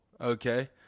okay